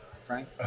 Frank